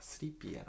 Sleepy